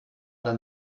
oder